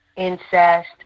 incest